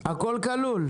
הכל כלול.